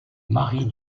marie